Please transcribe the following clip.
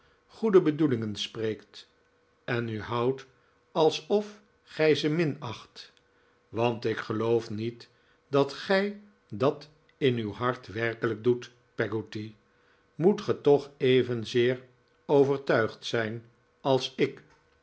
goede bedoelingen spreekt eh u houdt alsof gij ze minacht want ik geloof niet dat gij dat in uw hart werkelijk doet peggotty moet ge toch evenzeer overtuigd zijn als ik